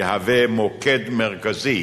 יהווה מוקד מרכזי